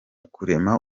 kurema